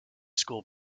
school